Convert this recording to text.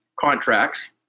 contracts